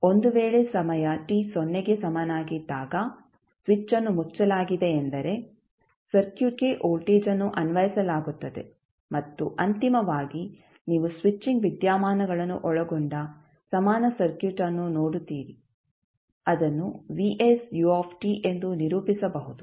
ಒಂದು ವೇಳೆ ಸಮಯ t ಸೊನ್ನೆಗೆ ಸಮನಾಗಿದ್ದಾಗ ಸ್ವಿಚ್ಅನ್ನು ಮುಚ್ಚಲಾಗಿದೆ ಎಂದರೆ ಸರ್ಕ್ಯೂಟ್ಗೆ ವೋಲ್ಟೇಜ್ಅನ್ನು ಅನ್ವಯಿಸಲಾಗುತ್ತದೆ ಮತ್ತು ಅಂತಿಮವಾಗಿ ನೀವು ಸ್ವಿಚಿಂಗ್ ವಿದ್ಯಮಾನಗಳನ್ನು ಒಳಗೊಂಡ ಸಮಾನ ಸರ್ಕ್ಯೂಟ್ ಅನ್ನು ನೋಡುತ್ತೀರಿ ಅದನ್ನು ಎಂದು ನಿರೂಪಿಸಬಹುದು